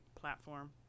platform